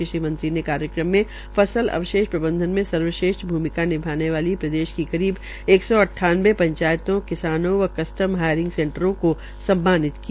कृषि मंत्री ने कार्यक्रम में फसल अवशेष प्रबंधन में सर्वश्रेष्ठ भूमिका निभाने वाली प्रदेश की करीब एक सौ अट्टावनबें पंचायतों किसानों व कस्टम हायरिंग सेंटरों को सम्मानित किया